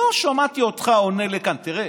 לא שמעתי אותך עולה לכאן, תראה,